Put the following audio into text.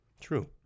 True